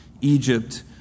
Egypt